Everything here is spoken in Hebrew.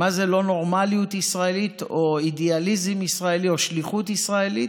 מה זה לא נורמליות ישראלית או אידיאליזם ישראלי או שליחות ישראלית,